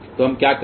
तो हम क्या करें